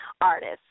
artist